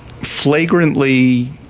flagrantly